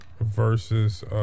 versus –